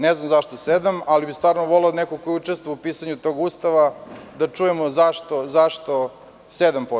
Ne znam zašto sedam, ali bih stvarno voleo od nekog ko je učestvovao u pisanju tog Ustava da čujemo zašto 7%